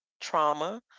trauma